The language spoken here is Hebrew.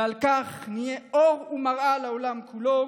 ועל ידי כך נהיה אור ומראה לעולם כולו